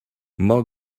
more